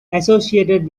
associated